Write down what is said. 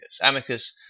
Amicus